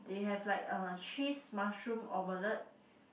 they have like err cheese mushroom omelette